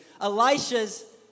Elisha's